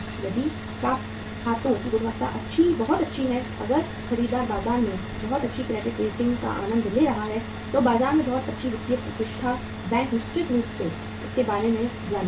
यदि प्राप्य खातों की गुणवत्ता बहुत अच्छी है अगर खरीदार बाजार में बहुत अच्छी क्रेडिट रेटिंग का आनंद ले रहा है तो बाजार में बहुत अच्छी वित्तीय प्रतिष्ठा बैंक निश्चित रूप से इसके बारे में जानेंगे